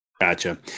Gotcha